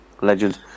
Legend